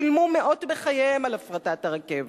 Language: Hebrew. שילמו מאות בחייהם על הפרטת הרכבת.